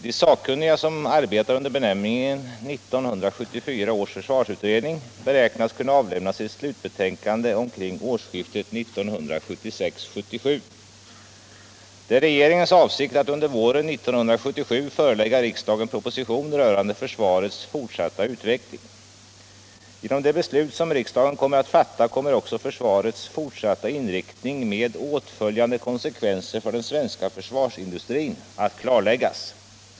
De sakkunniga, som arbetar under benämningen 1974 års försvarsutredning, beräknas kunna avlämna sitt slutbetänkande omkring årsskiftet 1976 1977. Det är regeringens avsikt att under våren 1977 förelägga riksdagen proposition rörande försvarets fortsatta utveckling. Genom det beslut som riksdagen kommer att fatta kommer också försvarets fortsatta inriktning med åtföljande konsekvenser för den svenska försvarsindustrin att klarläggas.